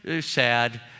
Sad